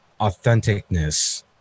authenticness